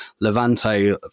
Levante